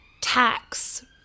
Tax